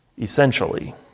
essentially